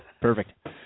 Perfect